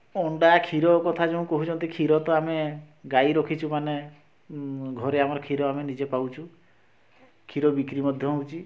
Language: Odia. ଅଣ୍ଡା କ୍ଷୀର କଥା ଯେଉଁ କହୁଛନ୍ତି କ୍ଷୀର ତ ଆମେ ଗାଈ ରଖିଛୁ ମାନେ ଘରେ ଆମର କ୍ଷୀର ଆମେ ନିଜେ ପାଉଛୁ କ୍ଷୀର ବିକ୍ରି ମଧ୍ୟ ହଉଛି